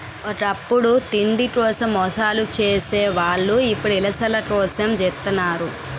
ఒకప్పుడు తిండి కోసం మోసాలు సేసే వాళ్ళు ఇప్పుడు యిలాసాల కోసం జెత్తన్నారు